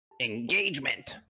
Engagement